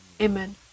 Amen